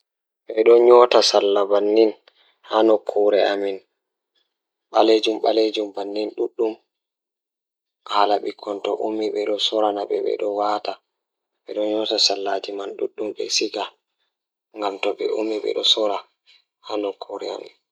Jokkondir yiɓɓe e caɗeele ngam sabu, miɗo njiddaade nder temperature ngal ɗum waawataa kadi ngam waɗtude pants ɗee. Njidi pants ngal e bismila sabu nguurndam. Walla jokkondir iron ngal e sabu so tawii njillataa njiddude e siki. Njiddaade kaŋko he pants ngal ɗum njiddude nder sabu ɗiɗi, ko ngam njiddaade kaŋko ndaarayde.